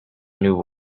new